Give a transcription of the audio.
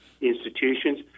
institutions